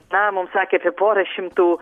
na mums sakė apie pora šimtų